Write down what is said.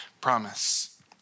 promise